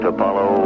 Apollo